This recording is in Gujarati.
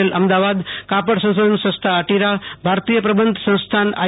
એલ અમદાવાદ કાપડ સંશોધન સંસ્થા અટિરા ભારતીય પ્રબંધ સંસ્થાન આઈ